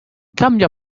cambia